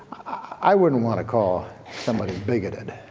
i wouldn't want to call somebody bigoted.